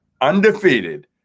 undefeated